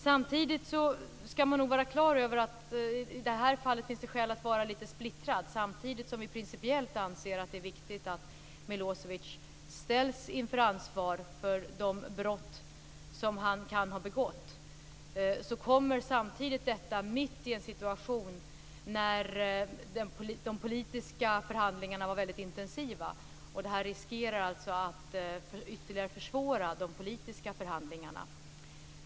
Samtidigt skall man nog vara klar över att det i det här fallet finns skäl att vara lite splittrad. Även om vi anser att det är principiellt viktigt att Milosevic ställs till ansvar för de brott som han kan ha begått kommer detta mitt i en situation där de politiska förhandlingarna är väldigt intensiva. Det här riskerar alltså att ytterligare försvåra de politiska förhandlingarna.